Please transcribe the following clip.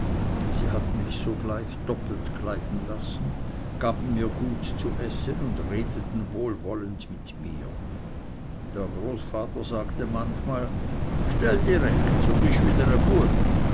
sie hatten mich sogleich doppelt kleiden lassen gaben mir gut zu essen und redeten wohlwollend mit mir der großvater sagte manchmal stell di recht so